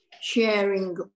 sharing